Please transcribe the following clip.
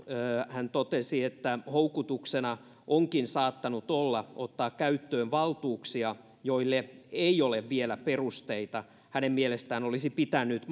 totesi että houkutuksena onkin saattanut olla ottaa käyttöön valtuuksia joille ei ole vielä perusteita hänen mielestään olisi pitänyt